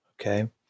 Okay